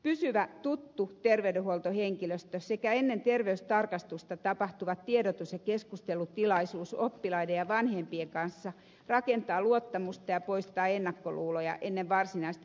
pysyvä tuttu terveydenhuoltohenkilöstö sekä ennen terveystarkastusta tapahtuva tiedotus ja keskustelutilaisuus oppilaiden ja vanhempien kanssa rakentaa luottamusta ja poistaa ennakkoluuloja ennen varsinaista terveystarkastusta